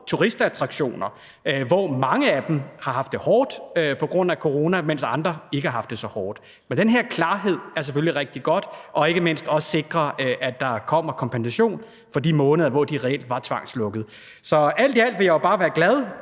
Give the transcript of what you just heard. turistattraktioner, hvoraf mange har haft det hårdt på grund af corona, mens andre ikke har haft det så hårdt. Men det er selvfølgelig rigtig godt med den her klarhed, ikke mindst at den også sikrer, at der kommer kompensation for de måneder, hvor de reelt var tvangslukkede. Så alt i alt vil jeg jo bare være glad,